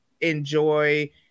enjoy